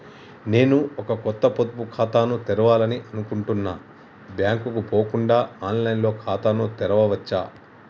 నేను ఒక కొత్త పొదుపు ఖాతాను తెరవాలని అనుకుంటున్నా బ్యాంక్ కు పోకుండా ఆన్ లైన్ లో ఖాతాను తెరవవచ్చా?